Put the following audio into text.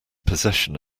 possession